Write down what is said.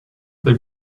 they